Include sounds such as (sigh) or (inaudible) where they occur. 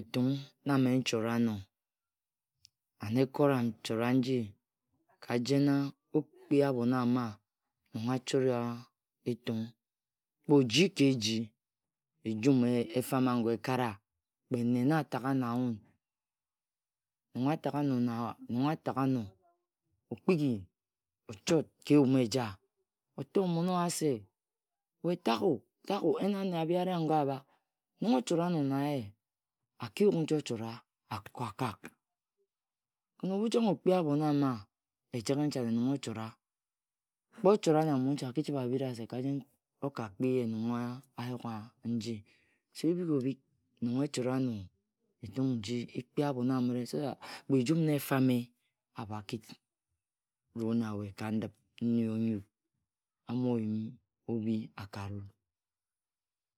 Etung na mme nchora-ano, and (unintelligible) ekoran nchora-nji kajena, okpi abhon ama nong achom etung, kpe oji ka eji, ejum efam aya ekara, крe nne na ataga na wun, nong alagha ano, okpighi ochot ka eyum eja, oto mmon-owa se "we tagho, tagho, you ane ariago orkhak! Nong ochora-ano na ye, akiyuk nji ochora, ako akak. Kin ebhu chang okpia abhon ama etek nchane nog echora, кре ochora na mouche, aki-chibe abira-wa ne, kajen ana oka-kpije nong ayuga nji. Se ebhigo bhig nong echora-ano abhon amire so that (unintelligible) кра ejum ne efame, akho aki tit aru na we ka ndib. Nne onyuk amo yim na we ka ndib obhi akari-wut.